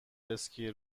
اسکی